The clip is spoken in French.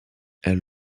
elle